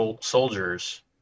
soldiers